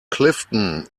clifton